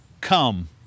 come